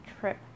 trip